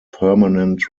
permanent